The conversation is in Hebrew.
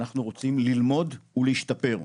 אנחנו רוצים ללמוד ולהשתפר,